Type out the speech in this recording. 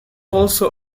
also